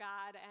God